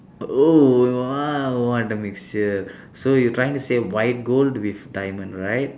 oh !wow! what a mixture so you trying to say white gold with diamond right